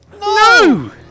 No